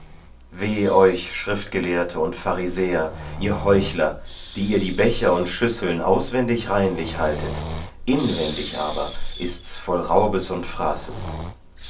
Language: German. weh euch schriftgelehrte und pharisäer ihr heuchler die ihr die becher und schüsseln auswendig reinlich haltet inwendig aber ist's voll raubes und